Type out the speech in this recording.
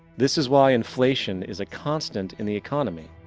this is why inflation is a constant in the economy,